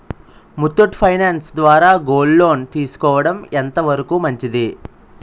Muthoot finance ద్వారా gold loan తీసుకోవడం ఎంత వరకు మంచిది?